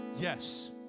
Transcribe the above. Yes